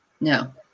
No